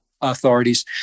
authorities